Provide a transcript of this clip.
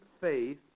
faith